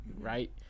right